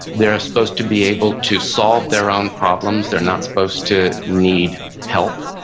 they're supposed to be able to solve their own problems. they're not supposed to need help.